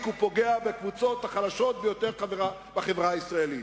ופוגע בקבוצות החלשות ביותר בחברה הישראלית?